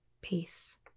peace